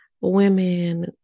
women